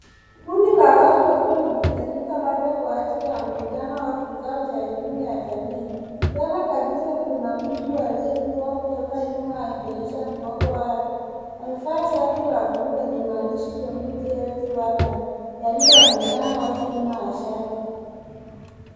Kundi la watu wakiwa wamekusanyika labda kwa ajili ya mkutano au kikao cha elimu ya jamii. Mbele kabisa kuna mtu aliyepigwa kutoka nyuma akionyesha mgongo wake. Amevaa shati la bluu lenye maandishi, community health worker, yaliyooneka wazi nyuma ya shati.